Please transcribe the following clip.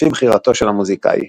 לפי בחירתו של המוזיקאי.